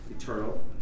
eternal